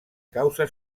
causa